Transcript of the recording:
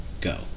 Go